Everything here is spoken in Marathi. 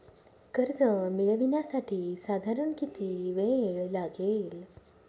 कर्ज मिळविण्यासाठी साधारण किती वेळ लागेल?